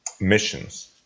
missions